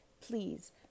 please